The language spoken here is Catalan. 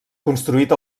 construït